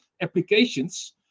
applications